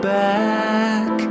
back